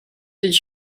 did